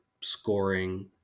scoring